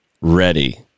ready